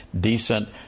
decent